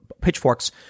pitchforks